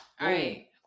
right